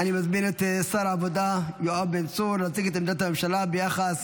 אני מזמין את שר העבודה יואב בן צור להציג את עמדת הממשלה ביחס